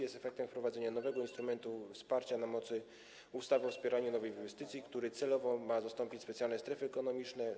Jest to efektem wprowadzenia nowego instrumentu wsparcia na mocy ustawy o wspieraniu nowych inwestycji, który celowo ma zastąpić specjalne strefy ekonomiczne.